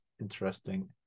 interesting